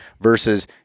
versus